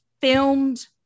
filmed